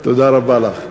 תודה רבה לך.